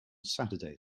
saturday